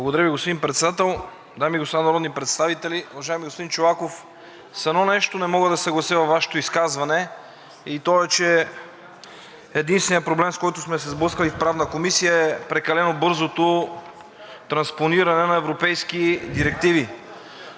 Благодаря Ви, господин Председател. Дами и господа народни представители! Уважаеми господин Чолаков, с едно нещо не мога да се съглася във Вашето изказване и то е, че единственият проблем, с който сме се сблъскали в Правната комисия, е прекалено бързото транспониране на европейски директиви.